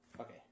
okay